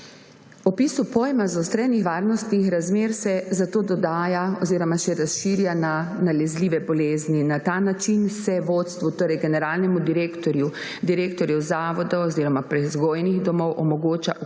Opisu pojma zaostrenih varnostnih razmer se zato dodaja oziroma še razširja na nalezljive bolezni. Na ta način se vodstvu, torej generalnemu direktorju, direktorju zavodov oziroma prevzgojnih domov, omogoča ukrepanje